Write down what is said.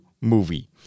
movie